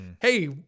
Hey